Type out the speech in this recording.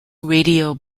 radio